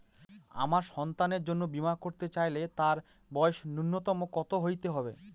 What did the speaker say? আমার সন্তানের জন্য বীমা করাতে চাইলে তার বয়স ন্যুনতম কত হতেই হবে?